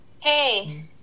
Hey